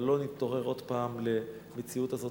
אבל אז לא נתעורר עוד פעם למציאות הזאת,